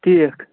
ٹھیٖک